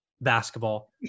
basketball